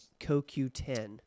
CoQ10